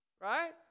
right